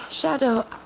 shadow